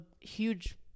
huge